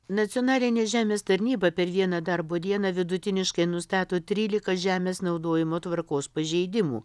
nacionalinė žemės tarnyba per dieną darbo dieną vidutiniškai nustato trylika žemės naudojimo tvarkos pažeidimų